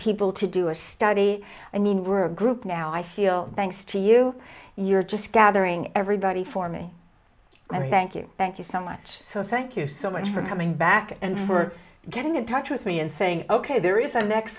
people to do a study i mean we're a group now i feel thanks to you you're just gathering everybody for me and thank you thank you so much so thank you so much for coming back and for getting in touch with me and saying ok there is a next